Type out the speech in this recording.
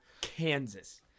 Kansas